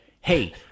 hey